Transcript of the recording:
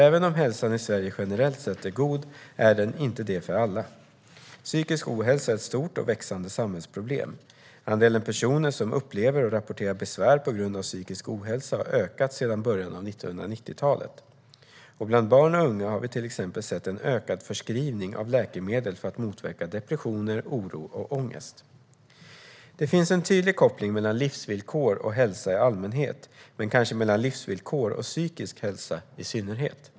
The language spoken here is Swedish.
Även om hälsan i Sverige generellt sett är god är den inte det för alla. Psykisk ohälsa är ett stort och växande samhällsproblem. Andelen personer som upplever och rapporterar besvär på grund av psykisk ohälsa har ökat sedan början av 1990-talet. Bland barn och unga har vi till exempel sett en ökad förskrivning av läkemedel för att motverka depressioner, oro och ångest. Det finns en tydlig koppling mellan livsvillkor och hälsa i allmänhet, men kanske mellan livsvillkor och psykisk hälsa i synnerhet.